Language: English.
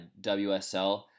WSL